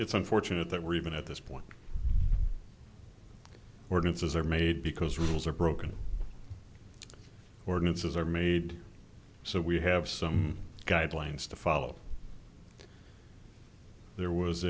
it's unfortunate that we're even at this point ordinances are made because rules are broken ordinances are made so we have some guidelines to follow there was